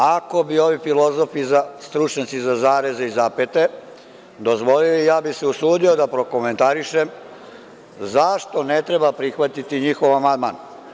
Ako bi ovi filozofi, stručnjaci za zareze i zapete dozvoliti, ja bih se usudio da prokomentarišem zašto ne treba prihvatiti njihov amandman.